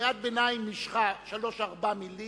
קריאת ביניים משכה שלוש, ארבע מלים